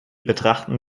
betrachten